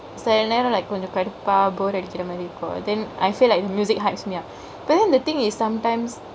சில நேரொ:sela naero like கொஞ்சொ கடுப்பா போர்ர் அடிக்கர மாதிரி இருக்கொ:konjo kaduppa borr adikara maathiri iruko then I feel like music hypes me up but then the thingk is sometimes